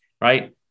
Right